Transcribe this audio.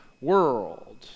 world